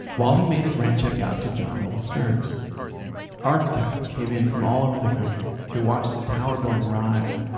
while he made his rent check out to john noble stearns architects came in from all over the country to watch the tower building rise.